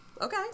Okay